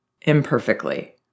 imperfectly